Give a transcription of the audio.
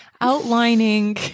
outlining